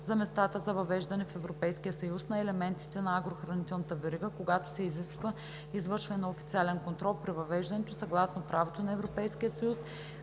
за местата за въвеждане в Европейския съюз на елементите на агрохранителната верига, когато се изисква извършване на официален контрол при въвеждането, съгласно правото на Европейския съюз